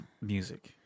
music